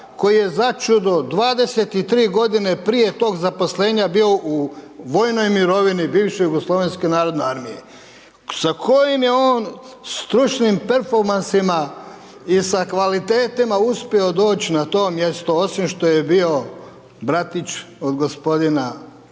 koji je začudo 23 godine prije tog zaposlenja bio u vojnoj mirovini bivše JNA. Sa kojim je stručnim perfomansima i sa kvalitetima uspio doći na to mjesto, osim što je bio bratić od gospodina Milanovića.